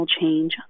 change